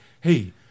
hey